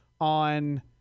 on